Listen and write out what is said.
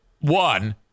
one